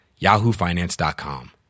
yahoofinance.com